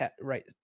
right